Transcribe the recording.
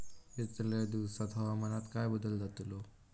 यतल्या दिवसात हवामानात काय बदल जातलो?